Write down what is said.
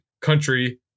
country